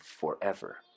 forever